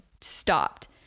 stopped